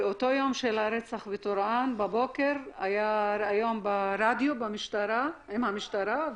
באותו יום של הרצח בטורעאן בבוקר היה ראיון ברדיו עם נציג מהמשטרה.